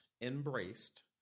embraced